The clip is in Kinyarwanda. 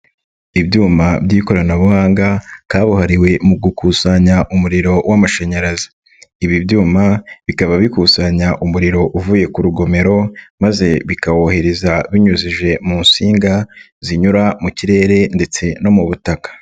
Ibyuma by'ikoranabuhanga kabuhariwe mu gukusanya umuriro w'amashanyarazi. Ibi byuma bikaba bikusanya umuriro uvuye ku rugomero, maze bikawohereza binyujije mu nsinga zinyura mu kirere ndetse no mu butaka.